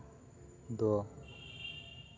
ᱫᱚ